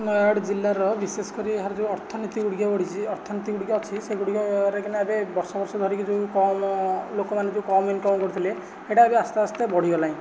ନୟାଗଡ଼ ଜିଲ୍ଲାର ବିଶେଷ କରି ଏହାର ଯେଉଁ ଅର୍ଥନୀତି ଗୁଡ଼ିକ ବଢ଼ିଛି ଅର୍ଥନୀତି ଗୁଡ଼ିକ ଅଛି ସେଗୁଡ଼ିକରେ କିନା ଏବେ ବର୍ଷ ବର୍ଷ ଧରିକି ଯେଉଁ କମ ଲୋକମାନେ ଯେଉଁ କାମ ଇନ୍କମ୍ କରୁଥିଲେ ସେଇଟା ଏବେ ଆସ୍ତେ ଆସ୍ତେ ବଢ଼ିଗଲାଣି